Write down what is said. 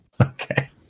Okay